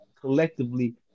collectively